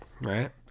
right